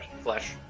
flesh